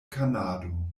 kanado